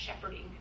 shepherding